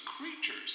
creatures